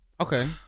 Okay